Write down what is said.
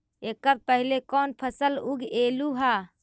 एकड़ पहले कौन फसल उगएलू हा?